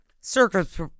circus